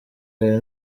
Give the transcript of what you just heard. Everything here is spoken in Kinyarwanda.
hari